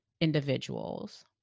individuals